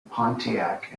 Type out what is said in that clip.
pontiac